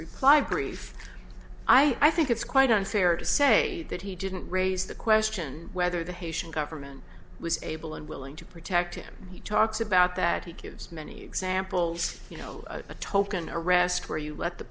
reply brief i think it's quite unfair to say that he didn't raise the question whether the haitian government was able and willing to protect him he talks about that he gives many examples you know a token arrest where you let the